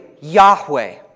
Yahweh